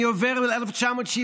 אני עובר ל-1970.